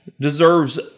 deserves